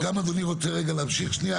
גם אדוני רוצה להמשיך שנייה.